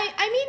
I mean